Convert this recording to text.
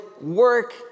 work